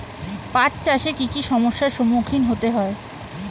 পাঠ চাষে কী কী সমস্যার সম্মুখীন হতে হয়?